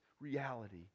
reality